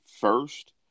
first